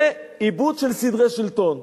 זה איבוד של סדרי שלטון.